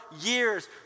years